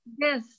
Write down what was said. yes